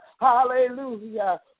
Hallelujah